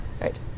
Right